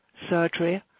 Surgery